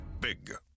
big